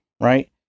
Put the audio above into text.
right